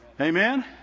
Amen